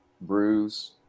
bruise